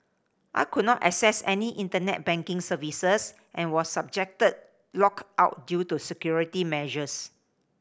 I could not access any Internet banking services and was subject locked out due to security measures